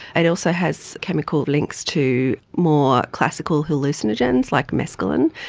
and also has chemical links to more classical hallucinogens like mescalin.